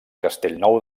castellnou